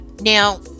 now